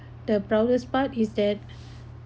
the proudest part is that